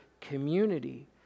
community